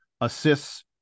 assists